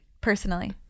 personally